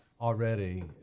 Already